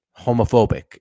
homophobic